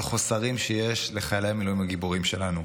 לחוסרים שיש לחיילי המילואים הגיבורים שלנו.